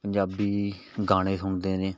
ਪੰਜਾਬੀ ਗਾਣੇ ਸੁਣਦੇ ਨੇ